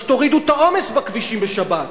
אז תורידו את העומס בכבישים בשבת.